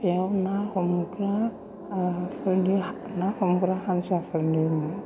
बेयाव ना हमग्रा हानजाफोरनि मुं